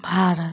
Bharat